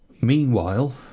Meanwhile